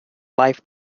life